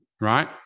right